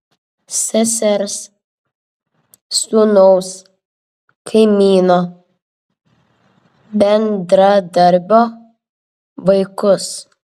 sesers sūnaus kaimyno bendradarbio vaikus